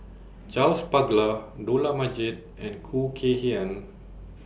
Charles Paglar Dollah Majid and Khoo Kay Hian